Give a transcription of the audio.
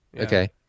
okay